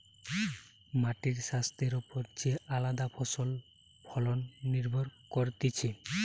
মাটির স্বাস্থ্যের ওপর যে আলদা ফসলের ফলন নির্ভর করতিছে